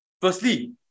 Firstly